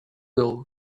will